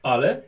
Ale